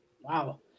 Wow